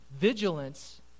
vigilance